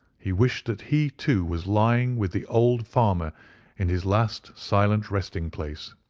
he wished that he, too, was lying with the old farmer in his last silent resting-place.